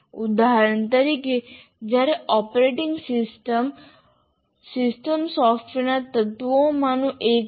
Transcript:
ઉદાહરણ તરીકે જ્યારે ઓપરેટિંગ સિસ્ટમ્સ સિસ્ટમ સોફ્ટવેરના તત્વોમાંનું એક છે